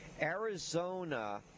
Arizona